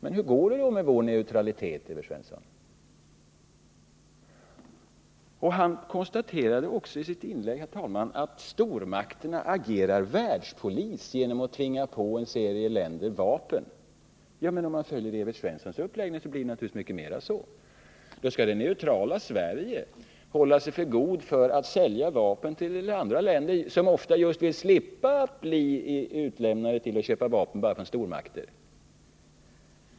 Men hur går det då med vår neutralitet? Evert Svensson konstaterade också i sitt inlägg, herr talman, att stormakterna agerar världspolis genom att tvinga på en serie andra länder vapen. Men om man följer Evert Svenssons uppläggning, blir det så i mycket större utsträckning. Nu skall vi i det neutrala Sverige hålla oss för goda för att sälja vapen till andra länder, som ofta just vill slippa att bli utlämnade till att köpa vapen bara från stormakter.